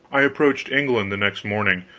i approached england the next morning,